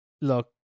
look